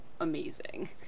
amazing